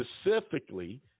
specifically